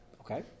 Okay